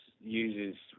uses